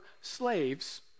slaves